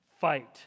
fight